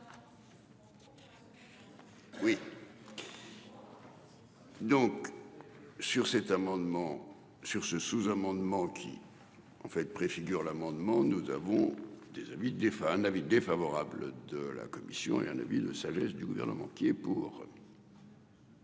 oui. Donc. Sur cet amendement sur ce sous-amendement qui. Ont fait préfigure l'amendement. Nous avons des amis des enfin un avis défavorable de la commission et un avis de sagesse du gouvernement qui est pour.